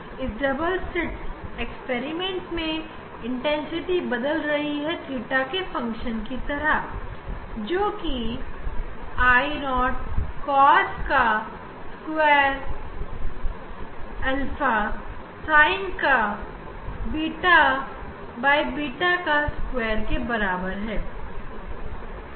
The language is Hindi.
यहां इस डबल स्लिट प्रयोग में तीव्रता थीटा की फंक्शन के बदलने पर इस तरह I Io cos2 α Sin2𝛃𝛃 बदलती रहेगी